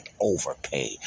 overpay